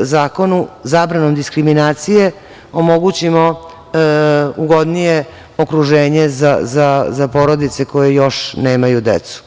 zakonu zabranom diskriminacije omogućimo ugodnije okruženje za porodice koje još nemaju decu.